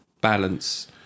balance